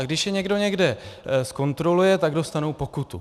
Když je někdo někde zkontroluje, tak dostanou pokutu.